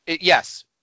Yes